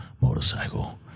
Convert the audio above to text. motorcycle